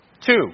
Two